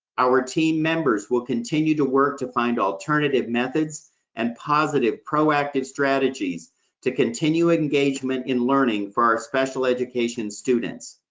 our team members will continue to work to find alternative methods and positive, proactive strategies to continue engagement in learning for our special education students.